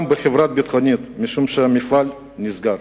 בחברה ביטחונית משום שהמפעל נסגר.